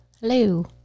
Hello